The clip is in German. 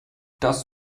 das